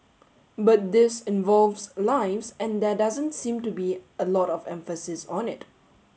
but this involves lives and there doesn't seem to be a lot of emphasis on it